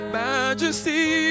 majesty